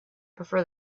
prefer